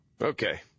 Okay